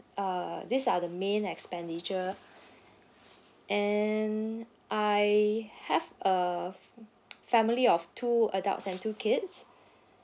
uh these are the main expenditure and I have a family of two adults and two kids